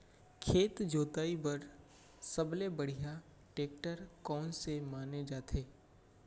खेत जोताई बर सबले बढ़िया टेकटर कोन से माने जाथे?